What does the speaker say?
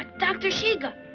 dr. shiga,